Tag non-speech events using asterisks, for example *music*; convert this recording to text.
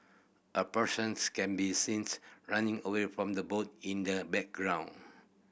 a persons can be seen *unintelligible* running away from the boat in the background